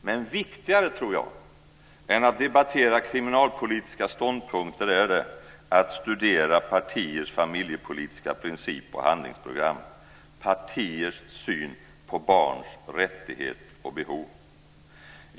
Men viktigare än att debattera kriminalpolitiska ståndpunkter är det att studera partiers familjepolitiska princip och handlingsprogram, partiets syn på barns rättigheter och behov.